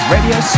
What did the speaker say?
Radio